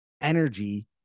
energy